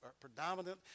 predominant